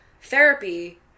therapy